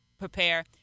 prepare